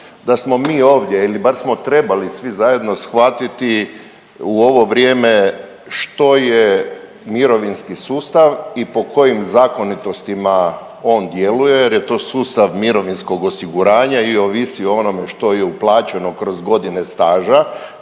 da smo mi ovdje il bar smo trebali svi zajedno shvatiti u ovo vrijeme što je mirovinski sustav i po kojim zakonitostima on djeluje jer je to sustav mirovinskog osiguranja i ovisi o onome što je uplaćeno kroz godine staže,